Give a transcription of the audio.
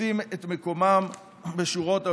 מוצאים את מקומם בשורות הלוחמים.